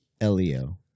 Elio